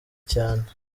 cyane